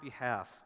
behalf